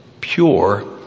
pure